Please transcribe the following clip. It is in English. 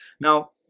now